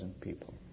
people